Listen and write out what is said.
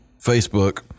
Facebook